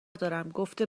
دارمگفته